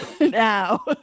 now